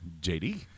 JD